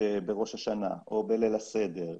בראש השנה או בליל הסדר,